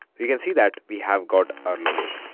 you can see that we have got our logo